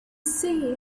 see